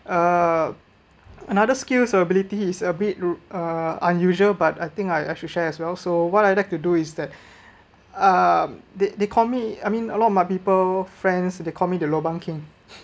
uh another skills or abilities is a bit uh unusual but I think I actually share as well so what I'd like to do is that uh they they call me I mean a lot of my people friends they call me the lobang king